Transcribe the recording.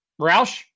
Roush